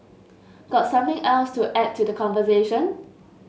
got something else to add to the conversation